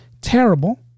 terrible